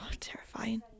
Terrifying